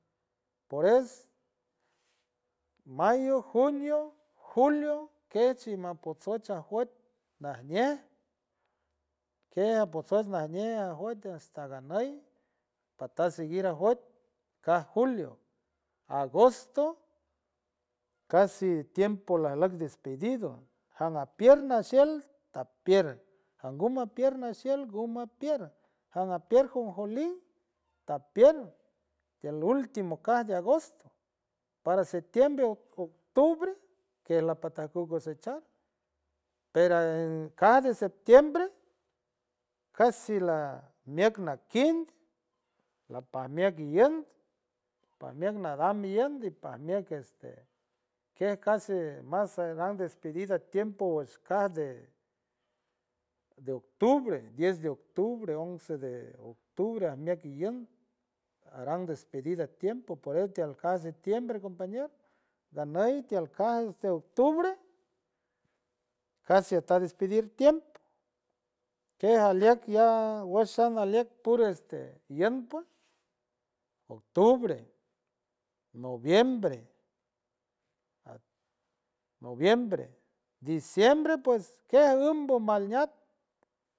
Por eso mayo, junio, julio quetchi ma potsoj chaj wuy najñej que apotsoj najñej ajout hasta ganuy patat shigi rajowtca julio, agosto casi tiempo laj luck despidido janapier nashiel apier angu mapier nashiel ngu janapier junju ni tapier tiel ultimo caj de agosto para septiembre a octubre quejlaj pactajgu cosechar pero en cada septiembre casi la mbiek naquin laj paj ñien guyuy pajñiej nadam mbeoyoy dij pajñiej este casi más se da despedir a tiempo por esto tieljas de tiember compañero ganuy tiel caj este octubre casi esta despedir tiempo quejak luak ya woshana liak puro este guñuy pue octubre, noviembre, noviembre, diciembre pues quejak luck mbol mañat.